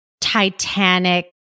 titanic